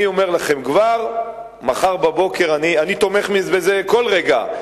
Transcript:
אני כבר אומר לכם שאני תומך בזה, בכל רגע.